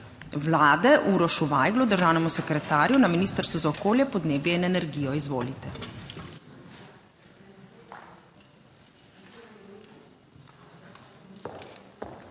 Vlade Urošu Vajglu, državnemu sekretarju na Ministrstvu za okolje, podnebje in energijo. Izvolite.